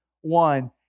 one